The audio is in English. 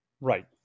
Right